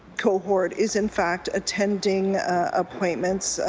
cohort is in fact attending appointments,